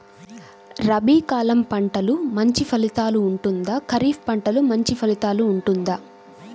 రబీ కాలం పంటలు మంచి ఫలితాలు ఉంటుందా? ఖరీఫ్ పంటలు మంచి ఫలితాలు ఉంటుందా?